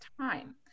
time